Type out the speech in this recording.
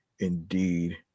indeed